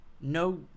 no